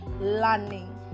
learning